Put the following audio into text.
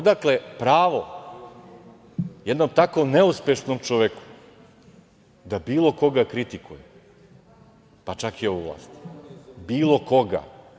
Odakle pravo jednom takvom neuspešnom čoveku da bilo koga kritikuje, pa čak i ovu vlast, bilo koga?